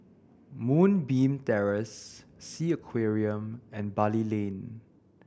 Moonbeam Terrace Sea Aquarium and Bali Lane